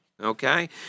Okay